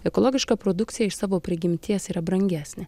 ekologiška produkcija iš savo prigimties yra brangesnė